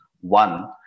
one